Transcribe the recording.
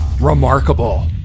remarkable